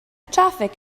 traffig